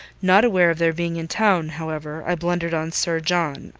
not aware of their being in town, however, i blundered on sir john,